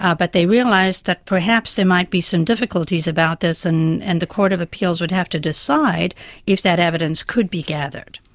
ah but they realised that perhaps there might be some difficulties about this and and the court of appeals would have to decide if that evidence could be gathered.